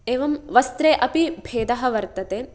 एवं वस्त्रे अपि भेदः वर्तते